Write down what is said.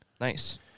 Nice